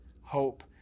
hope